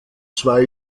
zwei